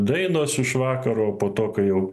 dainos iš vakaro o po to kai jau